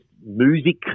music